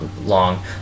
long